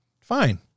Fine